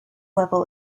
level